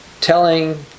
telling